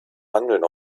mandeln